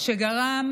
שגרם